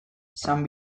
san